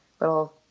little